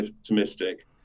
optimistic